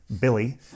Billy